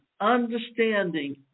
understanding